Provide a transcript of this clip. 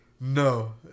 No